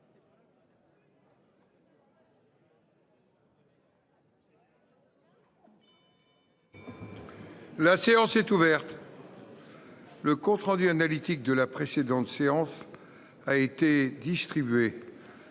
La séance est ouverte. Le compte rendu analytique de la précédente séance a été distribué.